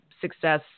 success